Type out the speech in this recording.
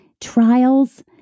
trials